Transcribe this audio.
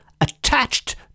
attached